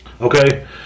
Okay